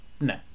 No